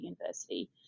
university